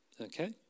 okay